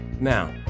Now